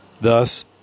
Thus